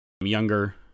younger